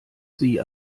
sie